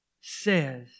says